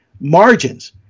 margins